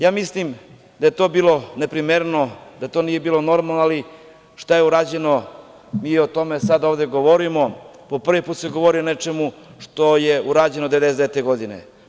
Ja mislim da je to bilo neprimereno, da to nije bilo normalno, ali šta je urađeno, mi o tome sada ovde govorimo, po prvi put se govori o nečemu što je urađeno 1999. godine.